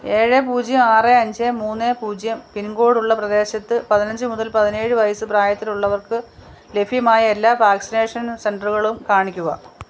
ഏഴ് പൂജ്യം ആറ് അഞ്ച് മൂന്ന് പൂജ്യം പിൻകോഡ് ഉള്ള പ്രദേശത്ത് പതിനഞ്ച് മുതൽ പതിനേഴ് വയസ്സ് പ്രായത്തിലുള്ളവർക്ക് ലഭ്യമായ എല്ലാ വാക്സിനേഷൻ സെൻ്ററുകളും കാണിക്കുക